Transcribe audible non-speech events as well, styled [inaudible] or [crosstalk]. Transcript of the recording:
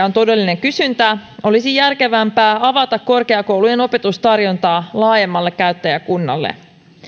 [unintelligible] on todellinen kysyntä olisi järkevämpää avata korkeakoulujen opetustarjontaa laajemmalle käyttäjäkunnalle